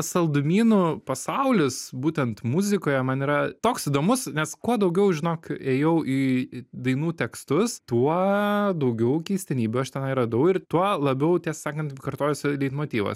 saldumynų pasaulis būtent muzikoje man yra toks įdomus nes kuo daugiau žinok ėjau į dainų tekstus tuo daugiau keistenybių aš tenai radau ir tuo labiau tiesą sakant kartojosi leitmotyvas